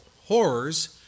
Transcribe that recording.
horrors